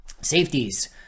Safeties